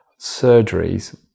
surgeries